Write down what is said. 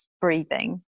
breathing